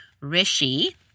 Rishi